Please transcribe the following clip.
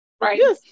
right